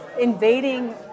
invading